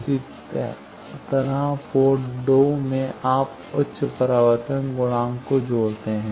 इसी तरह पोर्ट 2 में आप उच्च परावर्तन गुणांक को जोड़ते हैं